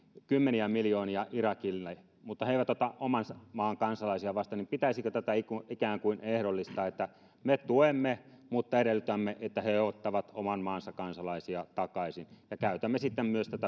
kymmeniä miljoonia irakille mutta he eivät ota omaan maan kansalaisia vastaa niin pitäisikö tätä ikään kuin ehdollistaa niin että me tuemme mutta edellytämme että he ottavat oman maansa kansalaisia takaisin ja käytämme sitten myös tätä